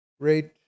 great